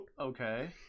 Okay